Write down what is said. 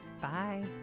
Bye